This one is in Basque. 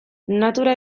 natura